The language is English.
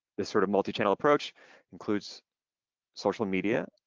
this sort of multi-channel approach includes social media.